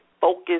focus